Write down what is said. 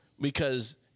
because-